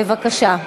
בבקשה.